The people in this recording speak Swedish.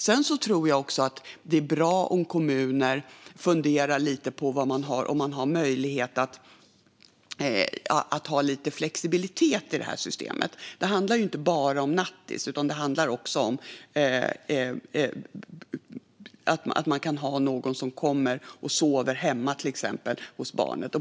Sedan tror jag också att det är bra om kommuner funderar lite på om de har möjlighet att ha lite flexibilitet i systemet. Det handlar inte bara om nattis, utan det handlar också om att man till exempel kan ha någon som kommer och sover hemma hos barnet.